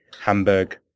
Hamburg